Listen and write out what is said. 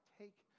take